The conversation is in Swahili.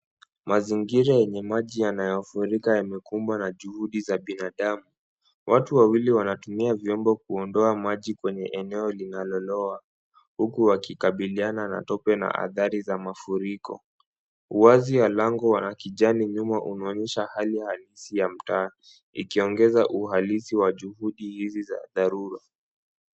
Mazingira yenye maji yanayofurika yamekumbwa na juhudi za binadamu. Watu wawili wanatumia vyombo kuondoa maji kwenye eneo linaloloa huku wakikabiliana na tope na athari za mafuriko. Uwazi ya lango wa kijani nyuma umeonyesha hali halisi ya mtaa ikiongeza uhalisi wa juhudi hizi za dharura.